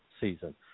season